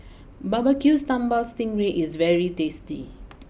BBQ Sambal Sting Ray is very tasty